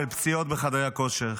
של פציעות בחדרי הכושר,